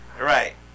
Right